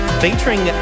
featuring